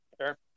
Sure